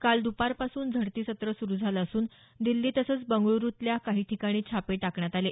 काल दपारपासून झडती सत्र सुरु झालं असून दिल्ली तसंच बंगळुरुतल्या काही ठिकाणी छापे टाकण्यात आले